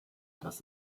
das